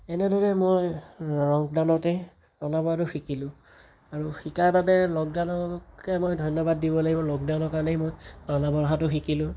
এনেদৰেই মই লকডাউনতেই ৰন্ধা বঢ়াটো শিকিলোঁ আৰু শিকাৰ বাবে লকডাউনকে মই ধন্যবাদ দিব লাগিব লকডাউনৰ কাৰণেই মই ৰন্ধা বঢ়াটো শিকিলোঁ